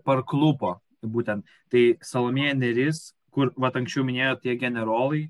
parklupo būtent tai salomėja nėris kur vat anksčiau minėjot tie generolai